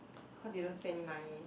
cause they don't spend any money